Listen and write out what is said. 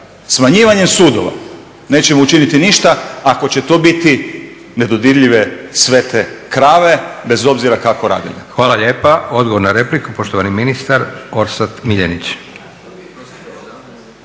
smanjivanjem sudova nećemo učiniti ništa ako će to biti nedodirljive, svete krave, bez obzira kako radili.